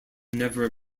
never